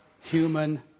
human